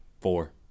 four